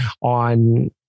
on